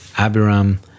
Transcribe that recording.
Abiram